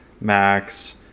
Max